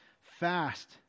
fast